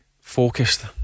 focused